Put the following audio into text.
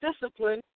discipline